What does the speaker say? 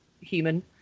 human